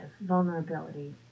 vulnerability